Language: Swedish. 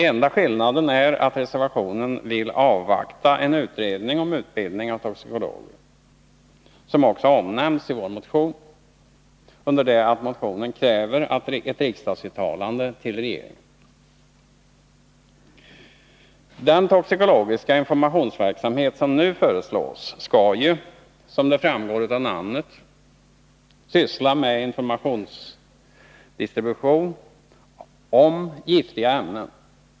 Enda skillnaden är att man i reservationen vill avvakta en utredning om utbildning av toxikologer, som också omnämns i vår motion, under det att det i motionen krävs ett riksdagsuttalande till regeringen. Den toxikologiska informationsverksamhet som nu föreslås skall ju, som framgår av namnet, syssla med distribution av information om giftiga ämnen.